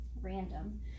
random